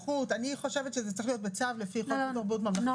לפרוטוקול בפני